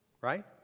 right